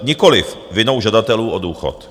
Nikoliv vinou žadatelů o důchod.